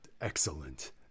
excellent